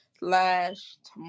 Last